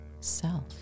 self